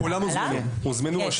כולם הוזמנו,